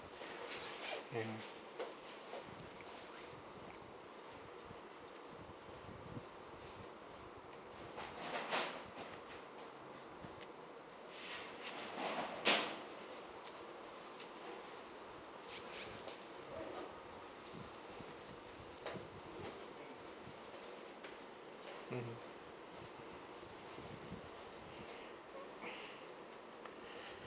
and mmhmm